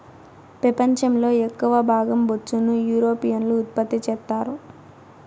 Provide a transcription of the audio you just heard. పెపంచం లో ఎక్కవ భాగం బొచ్చును యూరోపియన్లు ఉత్పత్తి చెత్తారు